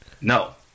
no